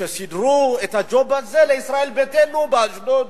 שסידרו את הג'וב הזה לישראל ביתנו באשדוד.